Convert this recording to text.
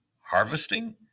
Harvesting